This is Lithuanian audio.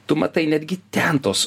tu matai netgi ten tos